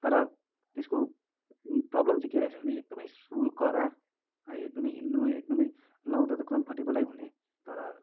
तर त्यसको प्रब्लम चाहिँ के रहेछ भने एकदमै सोल कडा है एकदमै हिँड्नु एकदमै लाउँदा त कम्फर्टेबलै हुने तर